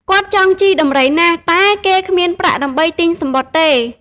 គាត់ចង់ជិះដំរីណាស់ តែគេគ្មានប្រាក់ដើម្បីទិញសំបុត្រទេ ។